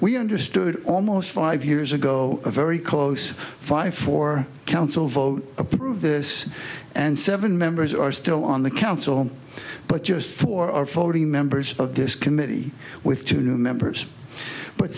we understood almost five years ago a very close five four council vote approved this and seven members are still on the council but just for forty members of this committee with two new members but